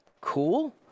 cool